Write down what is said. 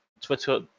Twitter